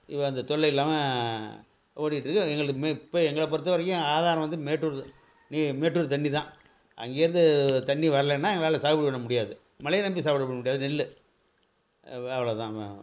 இப்போ அந்த தொல்லை இல்லாமல் ஓடிட்டுருக்கு எங்களுக்கு இப்போ எங்களை பொருத்த வரைக்கும் ஆதாரம் வந்து மேட்டூரு நீ மேட்டூரு தண்ணி தான் அங்கேருந்து தண்ணி வரலன்னா எங்களால் சாகுபடி பண்ண முடியாது மழையை நம்பி சாகுபடி பண்ண முடியாது நெல்லு வா அவ்வளோ தான்